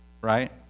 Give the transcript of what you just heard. right